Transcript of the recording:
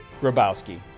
Grabowski